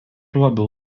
labiau